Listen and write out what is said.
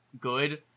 good